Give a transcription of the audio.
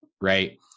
right